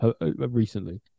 recently